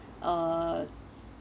uh